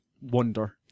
wonder